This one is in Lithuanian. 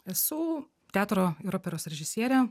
esu teatro ir operos režisierė